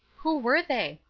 who were they?